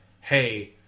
hey